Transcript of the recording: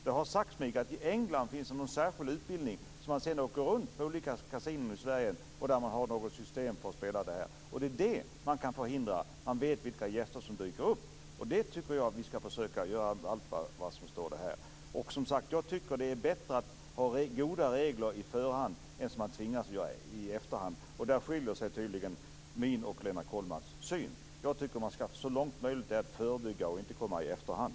Det har sagts mig att det i England finns en särskild utbildning som lär ut ett särskilt spelsystem, och det är detta som man kan förhindra om man vet vilka gäster som dyker upp. Och jag tycker att vi skall göra allt som står till buds för att förhindra detta. Som sagt, jag tycker att det är bättre att ha goda regler från början än att i efterhand tvingas att göra ändringar, och där skiljer sig tydligen min och Lennart Kollmats syn. Jag tycker att man skall förebygga och inte komma i efterhand.